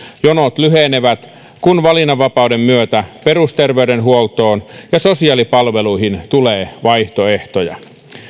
jonot lyhenevät kun valinnanvapauden myötä perusterveydenhuoltoon ja sosiaalipalveluihin tulee vaihtoehtoja